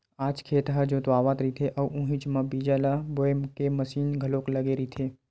आज खेत ह जोतावत रहिथे अउ उहीच म बीजा ल बोए के मसीन घलोक लगे रहिथे